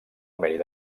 mèrit